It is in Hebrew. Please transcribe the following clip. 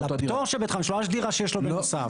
על הפטור של (ב)(5), לא על הדירה שיש לו בנוסף.